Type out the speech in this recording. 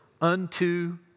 Unto